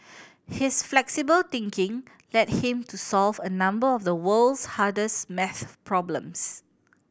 his flexible thinking led him to solve a number of the world's hardest math problems